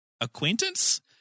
acquaintance